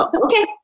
okay